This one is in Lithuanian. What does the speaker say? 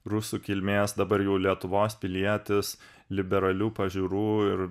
rusų kilmės dabar jau lietuvos pilietis liberalių pažiūrų ir